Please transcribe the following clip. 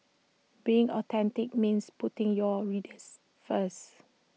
being authentic means putting your readers first